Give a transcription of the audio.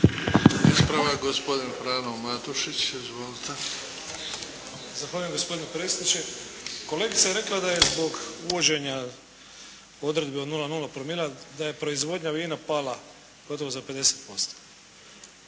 Ispravak gospodin Frano Matušić. Izvolite. **Matušić, Frano (HDZ)** Zahvaljujem gospodine predsjedniče. Kolegica je rekla da je zbog uvođenja odredbe od 0,0 promila da je proizvodnja vina pala gotovo za 50%.